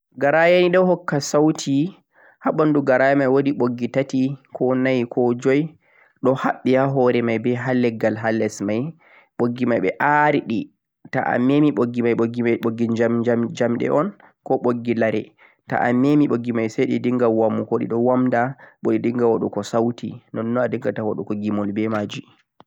gharaya gha ghadan sauti haa banduu gharaya mei wooduu bogghi tati ko nayi ko joe doo haddi yaa hoore be mei haa leggyel haa less mei bogghi mei aaridhi toh ameini bogghi-boghi mei bogghi jam-jamde o'n ko bogghi lare toh meini bogghi mei sai e'dhiggha wabuu wamdaa ko e'dhiggha wadduko sauti non-non haadingha bogghi mon be majee